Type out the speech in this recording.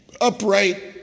upright